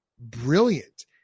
brilliant